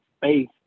faith